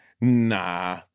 Nah